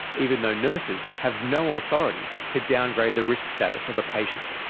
even though nurses have no authority to downgrade the risk status of a patient.